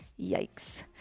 Yikes